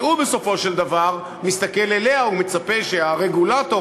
שבסופו של דבר מסתכל אליה ומצפה שהרגולטור,